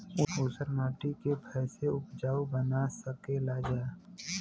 ऊसर माटी के फैसे उपजाऊ बना सकेला जा?